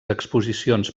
exposicions